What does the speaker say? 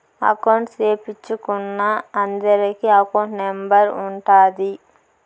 account సేపిచ్చుకున్నా అందరికి account number ఉంటాది